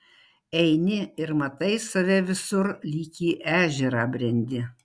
eini ir matai save visur lyg į ežerą brendi